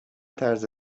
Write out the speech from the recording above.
طرز